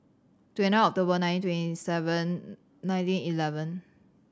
twenty of the one nine twenty seven nineteen eleven